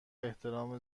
احترام